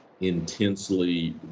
intensely